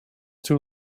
too